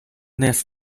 next